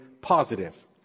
positive